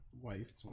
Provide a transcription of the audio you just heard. wife